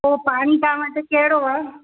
पोइ पाणी तव्हां वटि कहिड़ो आहे